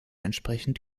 entsprechend